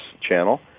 Channel